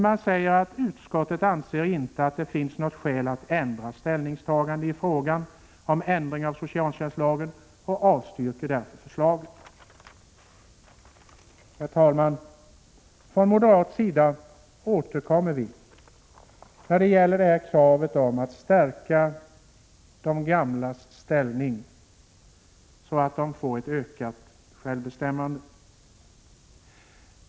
Man säger att utskottet inte anser att det finns något skäl att göra ett annat ställningstagande i frågan om ändringar av socialtjänstlagen och avstyrker därför förslaget. Herr talman! Vi moderater återkommer när det gäller kravet att stärka de gamlas ställning, så att de får ett ökat självbestämmande.